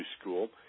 School